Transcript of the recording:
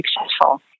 successful